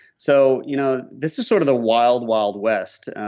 so, you know this is sort of the wild, wild west.